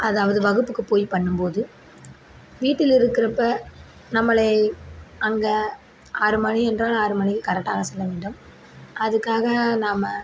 அதாவது வகுப்புக்கு போய் பண்ணும்போது வீட்டில் இருக்கிறப்ப நம்மளே அங்கே ஆறுமணி என்றால் ஆறுமணிக்கு கரெக்டாக செல்ல வேண்டும் அதுக்காக நாம்